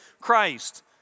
Christ